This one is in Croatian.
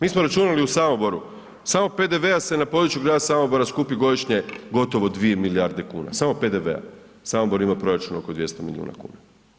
Mi smo računali u Samoboru samo PDV-a se na području grada Samobora skupi godišnje gotovo 2 milijarde kuna, samo PDV-a, Samobor ima proračun oko 200 milijuna kuna.